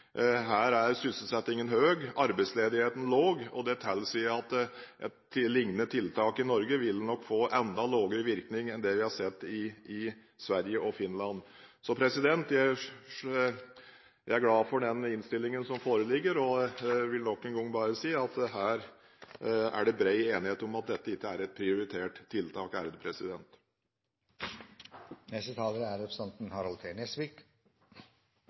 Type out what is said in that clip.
Her er sysselsettingen høy og arbeidsledigheten lav, og det tilsier at et lignende tiltak i Norge nok ville fått enda lavere virkning enn det vi har sett i Sverige og Finland. Jeg er glad for den innstillingen som foreligger, og vil nok en gang bare si at her er det bred enighet om at dette ikke er et prioritert tiltak. Det har vært en spesiell debatt å følge med på, for det er